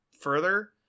further